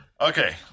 Okay